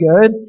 good